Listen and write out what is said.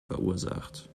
verursacht